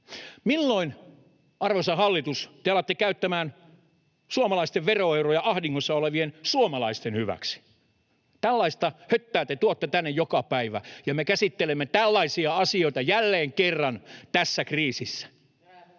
Milloin, arvoisa hallitus, te alatte käyttämään suomalaisten veroeuroja ahdingossa olevien suomalaisten hyväksi? Tällaista höttöä te tuotte tänne joka päivä, ja me käsittelemme tällaisia asioita jälleen kerran tässä kriisissä.